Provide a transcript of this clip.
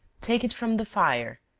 take it from the fire,